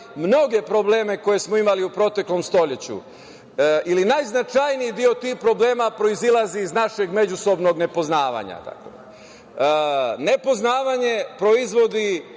mnoge probleme koje smo imali u proteklom stoleću ili najznačajniji deo tih problema proizilazi iz našeg međusobnog nepoznavanja. Nepoznavanje proizvodi